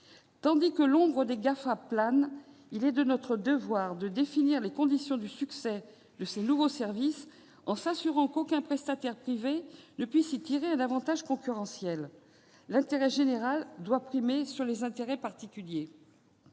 Tandis que plane l'ombre de GAFA, il est de notre devoir de définir les conditions du succès de ces nouveaux services, en s'assurant qu'aucun prestataire privé ne puisse en tirer un avantage concurrentiel. L'intérêt général doit primer les intérêts particuliers.